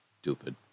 Stupid